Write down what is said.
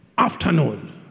Afternoon